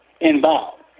involved